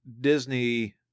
Disney